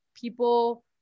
people